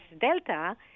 Delta